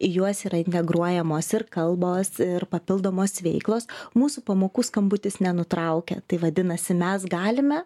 į juos yra integruojamos ir kalbos ir papildomos veiklos mūsų pamokų skambutis nenutraukia tai vadinasi mes galime